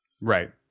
Right